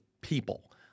people